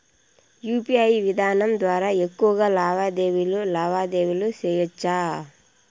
UPI విధానం ద్వారా ఎక్కువగా లావాదేవీలు లావాదేవీలు సేయొచ్చా?